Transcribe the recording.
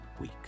week